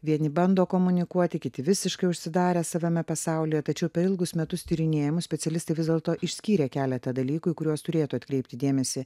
vieni bando komunikuoti kiti visiškai užsidarę savame pasaulyje tačiau per ilgus metus tyrinėjimų specialistai vis dėlto išskyrė keletą dalykų į kuriuos turėtų atkreipti dėmesį